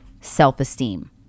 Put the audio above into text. self-esteem